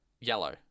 Yellow